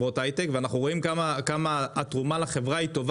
ואנחנו רואים את ההשתלבות שלהם בחברות היי-טק,